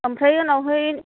ओमफ्राय उनावहाय